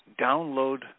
download